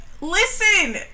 Listen